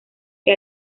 que